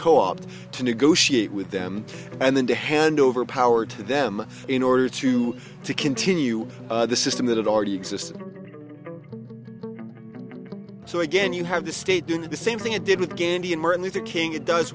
co opt to negotiate with them and then to hand over power to them in order to continue the system that had already existed so again you have the state doing the same thing it did with gandhi and martin luther king it does